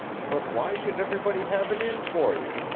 but why should everybody have it in for you?